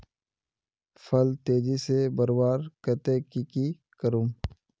फल तेजी से बढ़वार केते की की करूम?